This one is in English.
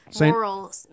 moral